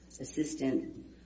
assistant